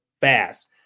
fast